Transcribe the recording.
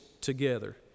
together